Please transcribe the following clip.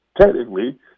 Technically